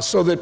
so that